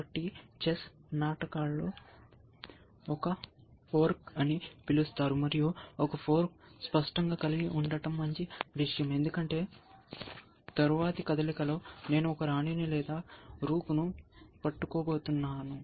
కాబట్టి చెస్ నాటకాలు ఒక ఫోర్క్ అని పిలుస్తారు మరియు ఒక ఫోర్క్ స్పష్టంగా కలిగి ఉండటం మంచి విషయం ఎందుకంటే తరువాతి కదలికలో నేను ఒక రాణిని లేదా రూక్ను పట్టుకోబోతున్నాను